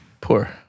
poor